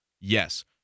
Yes